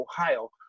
Ohio